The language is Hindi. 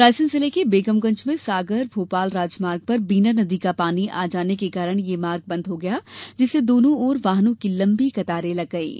रायसेन जिले के बेगमगंज में सागर भोपाल राजमार्ग पर बीना नदी का पानी आ जाने के कारण यह मार्ग बंद हो गया जिससे दोनों ओर वाहनों की लंबे कतारें लग गईं